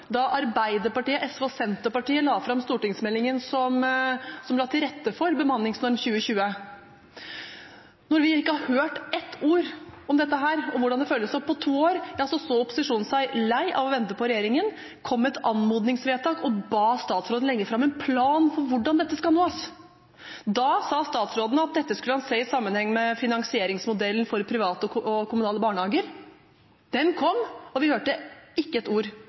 da Arbeiderpartiet, SV og Senterpartiet la fram stortingsmeldingen som la til rette for bemanningsnorm 2020. Når vi ikke hadde hørt et ord om dette og hvordan det følges opp, på to år, så opposisjonen seg lei av å vente på regjeringen, kom med et anmodningsvedtak og ba statsråden legge fram en plan for hvordan dette skulle nås. Da sa statsråden at dette skulle han se i sammenheng med finansieringsmodellen for private og kommunale barnehager. Den kom, og vi hørte ikke et ord